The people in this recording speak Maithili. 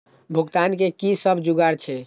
भुगतान के कि सब जुगार छे?